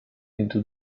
into